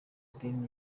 idini